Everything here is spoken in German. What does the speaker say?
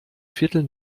viertel